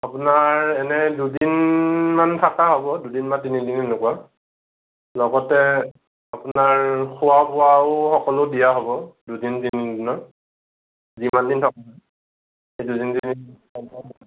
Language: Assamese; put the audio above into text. আপোনাৰ এনে দুদিনমান থকা হ'ব দুদিন বা তিনিদিন এনেকুৱা লগতে আপোনাৰ খোৱা বোৱাও সকলো দিয়া হ'ব দুদিন তিনিদিনৰ যিমানদিন থকা হয় সেই দুদিন তিনিদিন